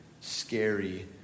scary